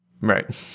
right